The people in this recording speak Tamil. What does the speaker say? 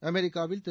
அமெிக்காவில் திரு